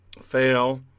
fail